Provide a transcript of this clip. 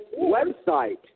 website